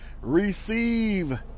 receive